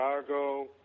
Chicago